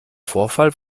vorfall